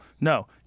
No